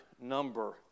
number